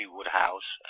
Woodhouse